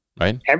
Right